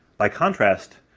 by contrast,